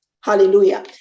Hallelujah